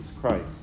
Christ